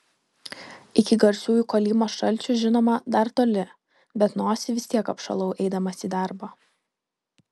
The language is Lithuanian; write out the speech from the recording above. iki garsiųjų kolymos šalčių žinoma dar toli bet nosį vis tiek apšalau eidamas į darbą